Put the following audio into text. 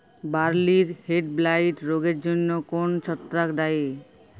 বার্লির হেডব্লাইট রোগের জন্য কোন ছত্রাক দায়ী?